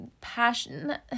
passion